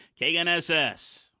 KNSS